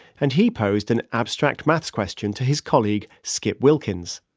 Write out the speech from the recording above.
and he posed an abstract maths question to his colleague, skip wilkins